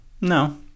no